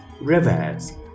rivers